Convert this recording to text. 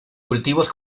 cultivos